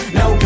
no